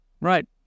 right